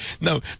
no